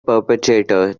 perpetrator